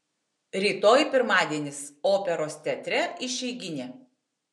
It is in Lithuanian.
rytoj pirmadienis operos teatre išeiginė